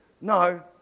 No